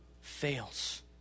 fails